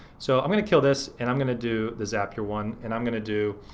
so i'm gonna kill this and i'm gonna do the zapier one and i'm gonna do